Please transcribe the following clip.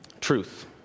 Truth